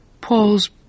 Paul's